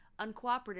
uncooperative